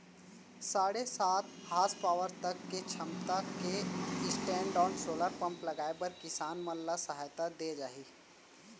साढ़े सात हासपावर तक के छमता के स्टैंडओन सोलर पंप लगाए बर किसान मन ल सहायता दे जाही